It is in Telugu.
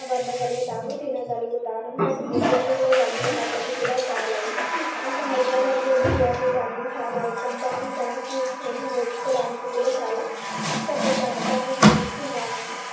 వండగలుగుతాను తినగలుగుతాను నాకు బిర్యానీలో వండే పద్ధతి కూడా చాలా ఇష్టం నాకు హైదరాబాద్లో బిర్యానీలు అన్నీ చాలా ఇష్టం దానికి చూసి నేను నేర్చుకోవడానికి కూడా చాలా ఇష్టపడ్డాను దాని నేర్చుకున్నాను